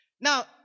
Now